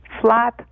flat